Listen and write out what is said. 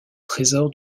trésor